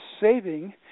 saving